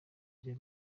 rya